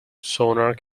sonar